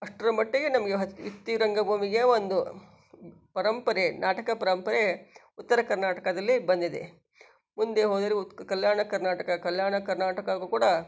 ಅಷ್ಟರಮಟ್ಟಿಗೆ ನಮಗೆ ವೃತ್ತಿ ರಂಗಭೂಮಿಗೆ ಒಂದು ಪರಂಪರೆ ನಾಟಕ ಪರಂಪರೆ ಉತ್ತರ ಕರ್ನಾಟಕದಲ್ಲಿ ಬಂದಿದೆ ಮುಂದೆ ಹೋದರೆ ಉತ್ ಕಲ್ಯಾಣ ಕರ್ನಾಟಕ ಕಲ್ಯಾಣ ಕರ್ನಾಟಕಕ್ಕೂ ಕೂಡ